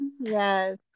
Yes